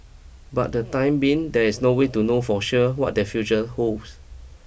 but the time being there is no way to know for sure what their future holds